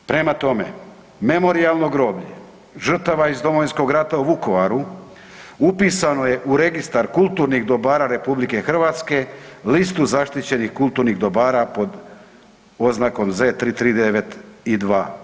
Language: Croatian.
Prema tome, memorijalno groblje žrtava iz Domovinskog rata u Vukovaru upisano je u registar kulturnih dobara RH, listu zaštićenih kulturnih dobara pod oznakom Z339I2.